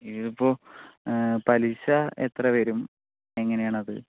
ഇതിപ്പോ പലിശ എത്ര വരും എങ്ങനെയാണ് അത്